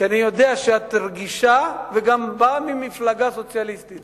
כי אני יודע שאת רגישה וגם באה ממפלגה סוציאליסטית